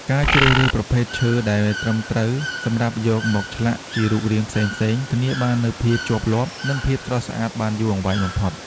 ការជ្រើសរើសប្រភេទឈើដែលត្រឹមត្រូវសម្រាប់យកមកឆ្លាក់ជារូបរាងផ្សេងៗ ធានាបាននូវភាពជាប់លាប់ និងភាពស្រស់ស្អាតបានយូរអង្វែងបំផុត។